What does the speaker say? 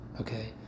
Okay